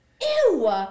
ew